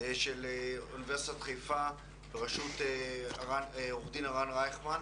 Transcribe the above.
של אוניברסיטת חיפה בראשות עורך דין הרן רייכמן,